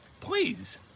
Please